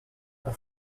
pour